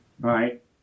right